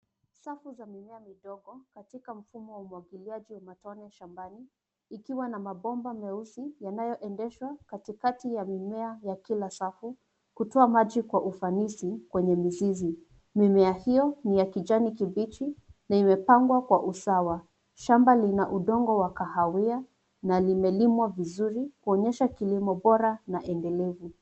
Safu za mimea midogo katika mfumo wa umwagiliaji wa matone shambani, ikiwa na mabomba meusi yanayoendeshwa katikati ya mimea ya kila safu, kutoa maji kwa ufanisi kwenye mizizi. Mimea hiyo ni ya kijani kibichi na imepangwa kwa usawa. Shamba lina udongo wa kahawia na limelimwa vizuri kuonyesha kilimo bora na endelevu.